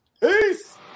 Peace